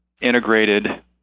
integrated